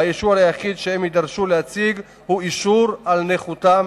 והאישור היחיד שהם יידרשו להציג הוא אישור על נכותם.